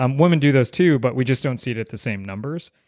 um women do those too but we just don't see it at the same numbers.